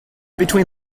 between